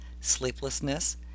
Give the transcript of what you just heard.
sleeplessness